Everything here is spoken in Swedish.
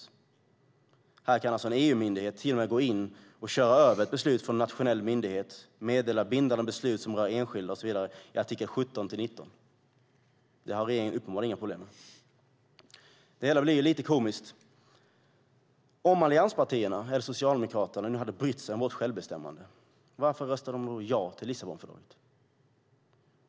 I det fallet kan en EU-myndighet till och med gå in och köra över ett beslut från en nationell myndighet och meddela bindande beslut som rör enskilda och så vidare i artiklarna 17-19. Det har regeringen uppenbarligen inga problem med. Det hela blir ju lite komiskt. Om allianspartierna eller Socialdemokraterna nu hade brytt sig om vårt självbestämmande, varför röstade de då ja till Lissabonfördraget?